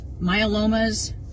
myelomas